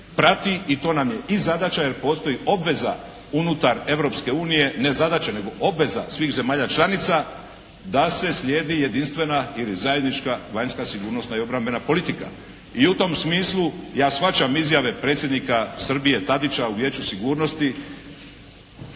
prati, i to nam je i zadaća jer postoji obveza unutar Europske unije, ne zadaća nego obveza svih zemalja članica da se slijedi jedinstvena ili zajednička vanjska sigurnosna i obrambena politika. I u tom smislu ja shvaćam izjave predsjednika Srbije Tadića u Vijeću sigurnosti